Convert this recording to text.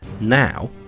Now